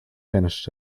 finished